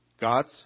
god's